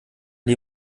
die